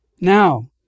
Now